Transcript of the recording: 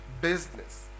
business